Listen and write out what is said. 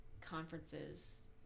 conferences